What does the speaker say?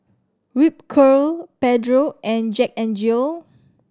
Ripcurl Pedro and Jack N Jill